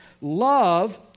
Love